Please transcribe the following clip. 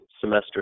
semester